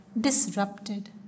disrupted